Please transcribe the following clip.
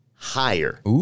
Higher